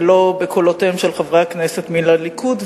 ולא בקולותיהם של חברי הכנסת מן הליכוד,